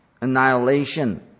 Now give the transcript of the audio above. annihilation